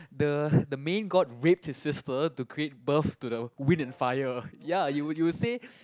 the the main God rape his sister to create birth to the wind and fire ya you would you would say